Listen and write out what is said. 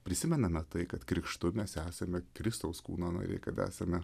prisimename tai kad krikštu mes esame kristaus kūno nariai kad esame